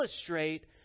illustrate